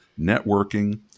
networking